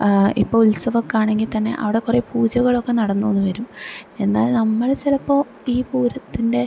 ഇപ്പോൾ ഉത്സവമൊക്കെയാണെങ്കിൽ തന്നെ അവിടെ കുറെ പൂജകളൊക്കെ നടന്നു എന്ന് വരും എന്നാൽ നമ്മള് ചിലപ്പോൾ ഈ പൂരത്തിൻ്റെ